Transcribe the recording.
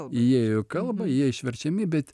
įėjo į kalbą jie išverčiami bet